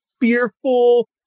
fearful